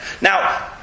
Now